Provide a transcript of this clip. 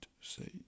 say